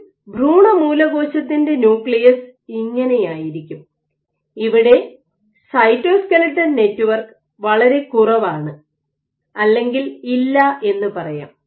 ഒരു ഭ്രൂണമൂലകോശത്തിൻറെ ന്യൂക്ലിയസ് ഇങ്ങനെയായിരിക്കും ഇവിടെ സൈറ്റോസ്കെലട്ടെൻ നെറ്റ്വർക്ക് വളരെ കുറവാണ് അല്ലെങ്കിൽ ഇല്ല എന്ന് പറയാം